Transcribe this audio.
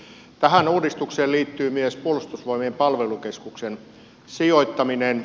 tähän uudistukseen liittyy myös puolustusvoimien palvelukeskuksen sijoittaminen